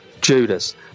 judas